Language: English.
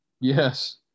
Yes